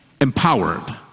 empowered